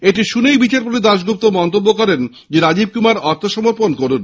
এটি শুনেই বিচারপতি দাশগুপ্ত মন্তব্য করেন রাজীব কুমার আত্মসমর্পণ করুণ